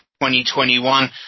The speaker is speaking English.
2021